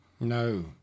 No